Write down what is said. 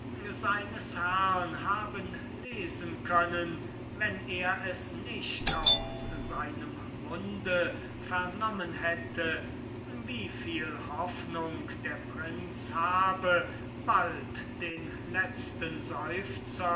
seines herren gelesen haben wenn er es nicht aus seinem eignen munde vernommen hätte daß er gute hoffnung habe in wenigen tagen den letzten seufzer